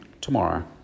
tomorrow